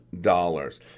dollars